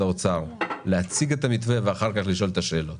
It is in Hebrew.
האוצר להציג את המתווה ואחר כך לשאול את השאלות.